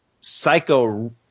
psycho